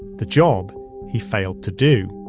the job he failed to do.